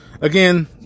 Again